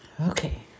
Okay